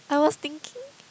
I was thinking